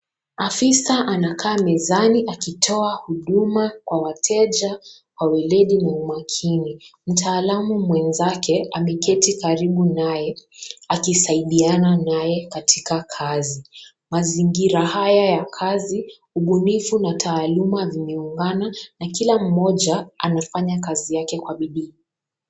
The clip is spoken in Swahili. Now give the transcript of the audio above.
Afisa anakaa mezani akitoa huduma kwa wateja kwa ueledi na umakini. Mtaalumu mwenzake ameketi karibu naye akisaidiana naye katika kazi. Mazingira haya ya kazi, ubunifu na taaluma zimeungana na kila mmoja anafanya kazi yake kwa bidii.